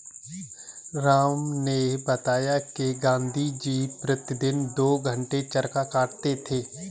राम ने बताया कि गांधी जी प्रतिदिन दो घंटे चरखा चलाते थे